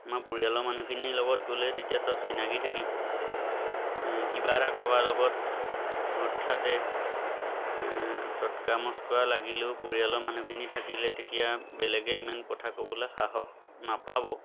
আমাৰ পৰিয়ালৰ মানুহখিনিৰ লগত গ'লে তেতিয়া চব চিনাকি থাকিব কিবা এটা কাৰোবাৰ লগত হঠাতে ঠাট্টা মস্কৰা লাগিলেও পৰিয়ালৰ মানুহখিনি থাকিলে তেতিয়া বেলেগে ইমান কথা ক'বলৈ সাহস নাপাব